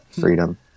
freedom